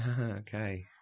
Okay